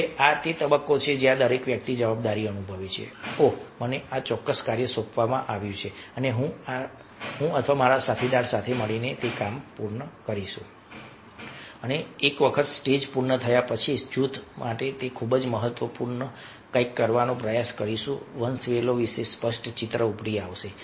હવે આ તે તબક્કો છે જ્યાં દરેક વ્યક્તિ જવાબદારી અનુભવે છે ઓહ મને આ ચોક્કસ કાર્ય સોંપવામાં આવ્યું છે હવે હું અથવા મારા સાથીદાર સાથે મળીને કામ કરીશું અને એક વખત સ્ટેજ પૂર્ણ થયા પછી જૂથ માટે ખૂબ જ મહત્વપૂર્ણ કંઈક કરવાનો પ્રયાસ કરીશું વંશવેલો વિશે સ્પષ્ટ ચિત્ર ઉભરી આવશે